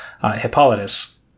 Hippolytus